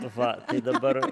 va tai dabar